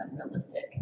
unrealistic